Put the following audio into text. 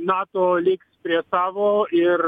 nato liks prie savo ir